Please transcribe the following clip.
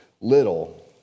little